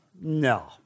No